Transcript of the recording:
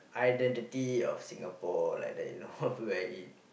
identity of Singapore like that you know where it